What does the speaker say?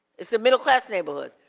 it's the middle class neighborhoods.